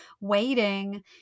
waiting